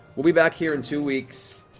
we'll be back here in two weeks,